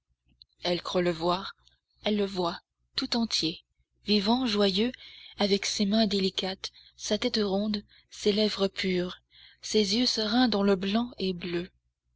elle croit le voir elle le voit tout entier vivant joyeux avec ses mains délicates sa tête ronde ses lèvres pures ses yeux sereins dont le blanc est bleu